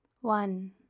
One